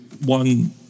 one